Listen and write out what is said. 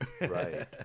right